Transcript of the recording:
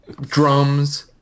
drums